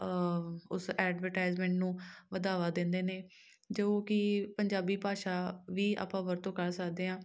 ਉਸ ਐਡਵਟਾਇਜ਼ਮੈਂਟ ਨੂੰ ਵਧਾਵਾ ਦਿੰਦੇ ਨੇ ਜੋ ਕਿ ਪੰਜਾਬੀ ਭਾਸ਼ਾ ਵੀ ਆਪਾਂ ਵਰਤੋਂ ਕਰ ਸਕਦੇ ਹਾਂ